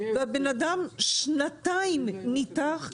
והבן אדם שנתיים ממתין.